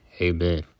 Amen